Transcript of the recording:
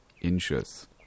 inches